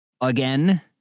again